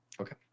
okay